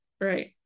right